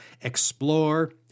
explore